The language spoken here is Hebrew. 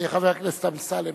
חבר הכנסת אמסלם,